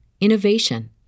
innovation